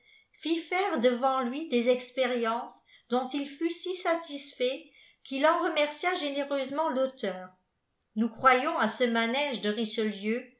fît faire rêvant lui des expériences dont il fut si satisfait qu'il en remercia généreusement fauteur nous croyons à ce manéje de richelieu